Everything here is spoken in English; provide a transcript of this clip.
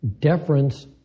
deference